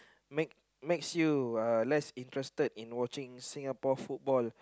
make makes you uh less interested in watching Singapore football